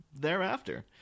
thereafter